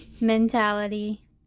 mentality